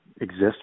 exist